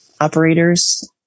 operators